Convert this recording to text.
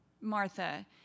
Martha